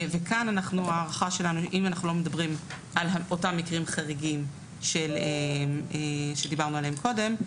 וכאן אם אנחנו לא מדברים על אותם מקרים חריגים עליהם דיברנו קודם,